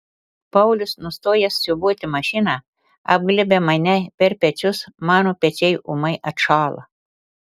paulius nustojęs siūbuoti mašiną apglėbia mane per pečius mano pečiai ūmai atšąla